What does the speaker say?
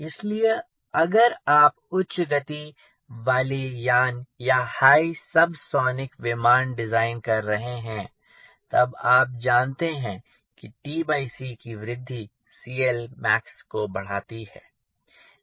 इसलिए अगर आप उच्चगति वाली यान या हाई सब सोनिक विमान डिज़ाइन कर रहे हैं तब आप जानते हैं की में वृद्धि CLmax को बढ़ाती है